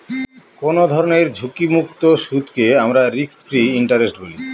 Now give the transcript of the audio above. কোনো ধরনের ঝুঁকিমুক্ত সুদকে আমরা রিস্ক ফ্রি ইন্টারেস্ট বলি